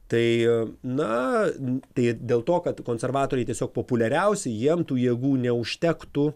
tai na tai dėl to kad konservatoriai tiesiog populiariausi jiem tų jėgų neužtektų